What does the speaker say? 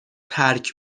ترک